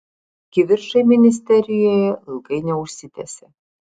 kivirčai ministerijoje ilgai neužsitęsė